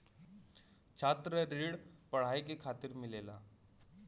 छात्र ऋण पढ़ाई के खातिर मिलेला